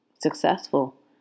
successful